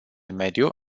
mediu